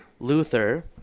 Luther